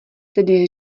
tedy